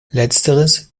letzteres